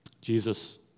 Jesus